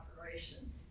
operation